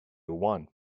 one